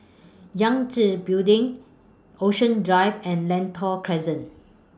Yangtze Building Ocean Drive and Lentor Crescent